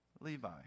Levi